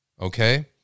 okay